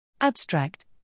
Abstract